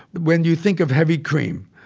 when you think of heavy cream,